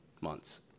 months